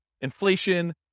inflation